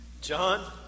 John